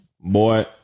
boy